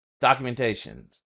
documentation